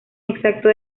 exacto